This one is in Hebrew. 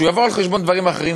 שהוא יבוא על חשבון דברים אחרים,